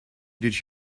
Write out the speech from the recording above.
did